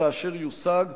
כאשר יושג,